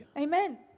Amen